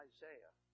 Isaiah